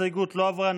ההסתייגות לא עברה.